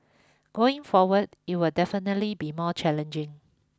going forward it will definitely be more challenging